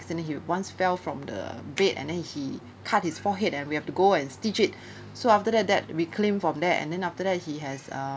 he once fell from the bed and then he cut his forehead and we have to go and stitch it so after that that we claim from there and then after that he has uh